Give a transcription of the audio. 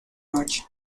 noche